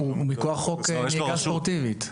הוא מכוח חוק נהיגה ספורטיבית.